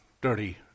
dirty